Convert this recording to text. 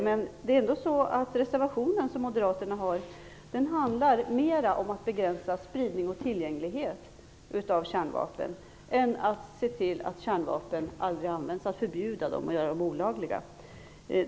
Men det är så att reservationen som Moderaterna har avgivit handlar mera om att begränsa spridning och tillgänglighet av kärnvapen än att se till att kärnvapen aldrig används, att förbjuda dem och göra dem olagliga.